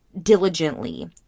diligently